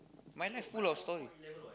my life full of stories